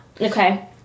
Okay